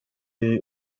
jej